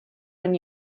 when